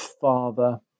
father